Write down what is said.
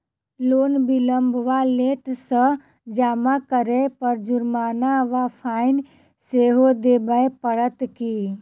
Loan विलंब वा late सँ जमा करै पर जुर्माना वा फाइन सेहो देबै पड़त की?